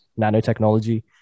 nanotechnology